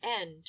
end